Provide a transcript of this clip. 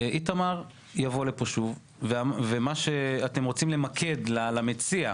השר בן גביר יבוא לכאן שוב ומה שאתם רוצים למקד למציע,